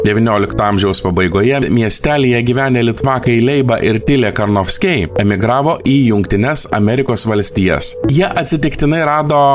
devyniolikto amžiaus pabaigoje miestelyje gyvenę litvakai leiba ir tilė karnofskiai emigravo į jungtines amerikos valstijas jie atsitiktinai rado